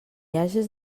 hages